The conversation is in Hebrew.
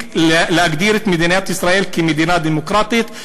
להגדיר את מדינת ישראל מדינה דמוקרטית,